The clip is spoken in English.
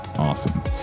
awesome